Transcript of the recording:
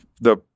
the-